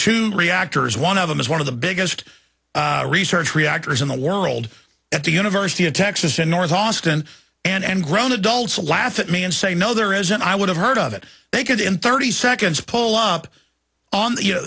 two reactors one of them is one of the biggest research reactors in the world at the university of texas in north austin and grown adults laugh at me and say no there isn't i would have heard of it they could in thirty seconds pull up on you know